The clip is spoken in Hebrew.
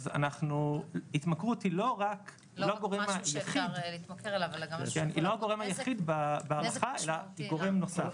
אז התמכרות היא לא הגורם היחיד בהערכה אלא היא גורם נוסף.